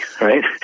right